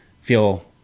feel